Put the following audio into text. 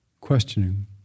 questioning